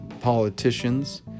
politicians